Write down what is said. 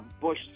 Bush